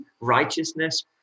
righteousness